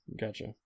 Gotcha